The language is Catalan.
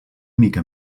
mica